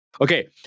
Okay